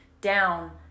down